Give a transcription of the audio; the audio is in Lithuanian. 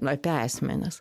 apie asmenis